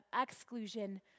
exclusion